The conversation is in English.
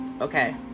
okay